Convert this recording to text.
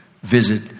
visit